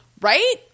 Right